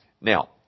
Now